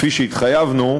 כפי שהתחייבנו,